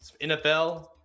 NFL